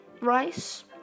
rice